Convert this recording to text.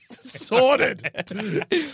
Sorted